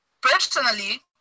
personally